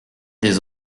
des